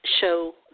show